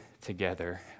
together